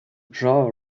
draw